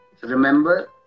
remember